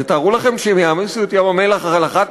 תתארו לכם שהם יעמיסו את ים-המלח על אחת